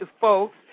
folks